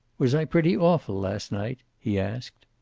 was i pretty awful last night? he asked.